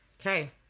Okay